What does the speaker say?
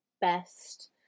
best